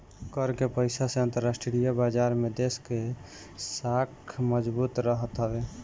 कर के पईसा से अंतरराष्ट्रीय बाजार में देस के साख मजबूत रहत हवे